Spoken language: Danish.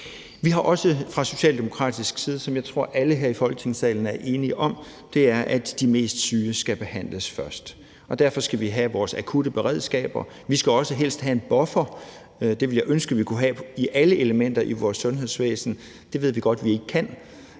Vi går også fra Socialdemokratiets side ind for, og det tror jeg at alle her i Folketingssalen er enige om, at de mest syge skal behandles først. Derfor skal vi have vores akutberedskab. Vi skal også helst have en buffer. Det ville jeg ønske at vi kunne have i forhold til alle elementer i vores sundhedsvæsen. Det ved jeg godt at vi ikke kan.